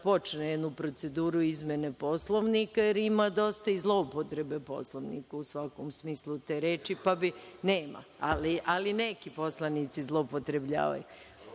počne jednu proceduru izmene Poslovnika, jer ima dosta i zloupotrebe Poslovnika, u svakom smislu te reči, ali neki poslanici zloupotrebljavaju.